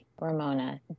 Ramona